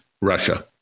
Russia